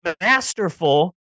masterful